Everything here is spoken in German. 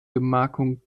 gemarkung